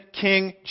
King